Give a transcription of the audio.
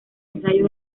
ensayos